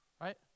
Right